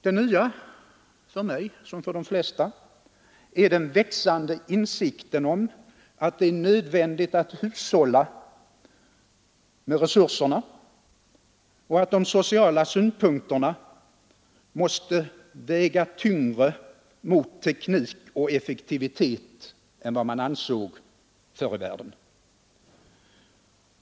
Det nya för mig liksom för de flesta är den växande insikten om att det är nödvändigt att hushålla med resurserna och att de sociala synpunkterna måste väga tyngre mot teknik och effektivitet än vad man ansåg förr i världen.